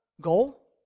goal